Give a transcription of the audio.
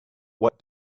what